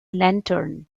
lantern